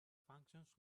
functions